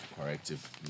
corrective